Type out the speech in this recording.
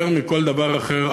יותר מכל דבר אחר,